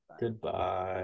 Goodbye